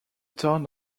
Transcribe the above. town